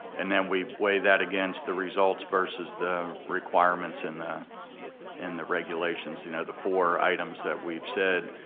and then we weigh that against the results versus the requirements and the and the regulations, you know the four items that we've said,